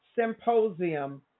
Symposium